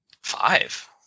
five